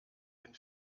den